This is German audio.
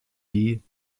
die